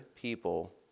people